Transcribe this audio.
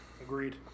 Agreed